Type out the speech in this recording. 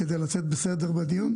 כדי לצאת בסדר בדיון,